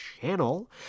channel